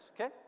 Okay